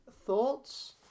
thoughts